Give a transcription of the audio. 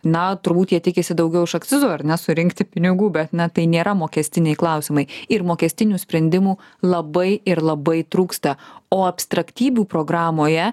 na turbūt jie tikisi daugiau iš akcizų ar ne surinkti pinigų bet na tai nėra mokestiniai klausimai ir mokestinių sprendimų labai ir labai trūksta o abstraktybių programoje